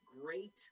great